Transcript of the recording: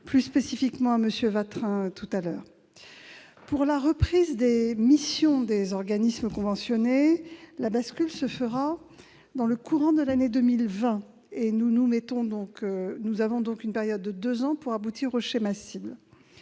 plus spécifiquement à M. Watrin. Pour la reprise des missions des organismes conventionnés, la bascule se fera dans le courant de l'année 2020. Nous avons donc une période de deux ans pour aboutir au schéma cible.